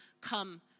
come